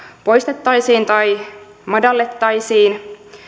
poistettaisiin tai sitä madallettaisiin